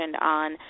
on